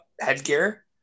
headgear